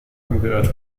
unbeirrt